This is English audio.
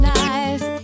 life